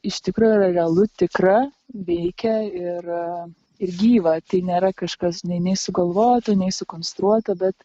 iš tikro yra realu tikra veikia ir ir gyva tai nėra kažkas nei nei sugalvota nei sukonstruota bet